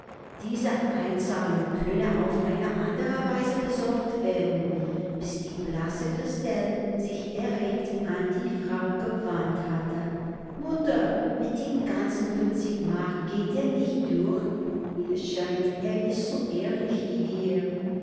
diese einzahlung könne auf eine andre weise besorgt werden bis die blasse christel sich erregt an die frau gewandt hatte mutter mit im ganzen fünfzig mark geht er nicht durch mir scheint er ist so ehrlich wie wir